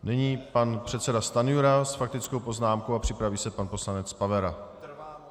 Nyní pan předseda Stanjura s faktickou poznámkou, připraví se pan poslanec Pavera.